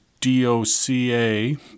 DOCA